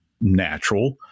natural